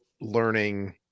learning